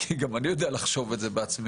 כי גם אני יודע לחשוב את זה בעצמי,